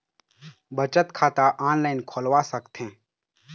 बचत खाता ऑनलाइन खोलवा सकथें?